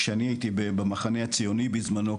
כשאני הייתי במחנה הציוני בזמנו,